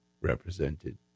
represented